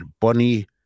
Bunny